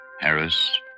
Harris